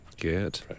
Good